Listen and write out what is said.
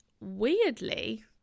weirdly